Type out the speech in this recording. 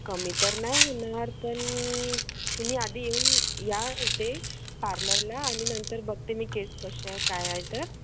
कमी तर नाही होणार पण तुम्ही आधी येऊन या इथे पार्लरला आणि नंतर बघते मी केस कसे आहे काय आहे तर